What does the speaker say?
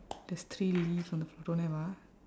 there's three leaves on the don't have ah